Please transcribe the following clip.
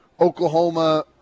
Oklahoma